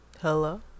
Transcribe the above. Hello